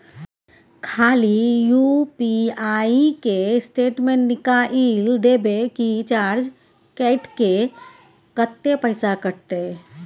खाली यु.पी.आई के स्टेटमेंट निकाइल देबे की चार्ज कैट के, कत्ते पैसा कटते?